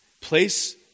Place